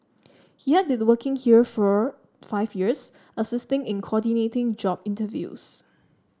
he has been working here for five years assisting in coordinating job interviews